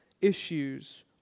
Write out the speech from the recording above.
issues